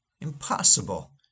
Impossible